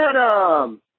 Adam